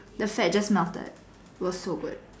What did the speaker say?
the fat just melted it was so good